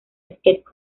sketch